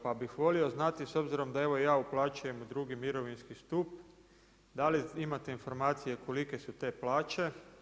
Pa bih volio znati s obzirom da evo ja uplaćujem u II. mirovinski stup da li imate informacije kolike su te plaće?